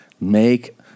make